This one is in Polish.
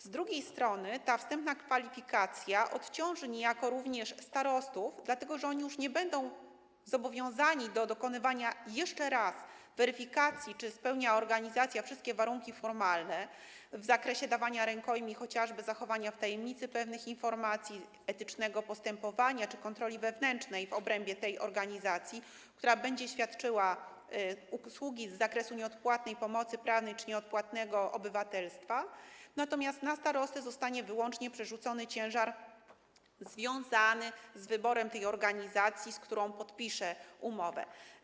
Z drugiej strony ta wstępna kwalifikacja odciąży niejako starostów, dlatego że już nie będą oni zobowiązani do przeprowadzania jeszcze raz weryfikacji, czy organizacja spełnia wszystkie warunki formalne w zakresie dawania rękojmi chociażby zachowania w tajemnicy pewnych informacji, etycznego postępowania czy kontroli wewnętrznej w obrębie tej organizacji, która będzie świadczyła usługi z zakresu nieodpłatnej pomocy prawnej czy nieodpłatnego doradztwa obywatelskiego, natomiast na starostę zostanie wyłącznie przerzucony ciężar związany z wyborem tej organizacji, z którą podpisze umowę.